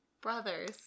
brothers